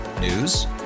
News